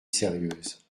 sérieuses